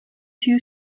two